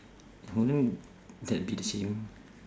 wouldn't that be the same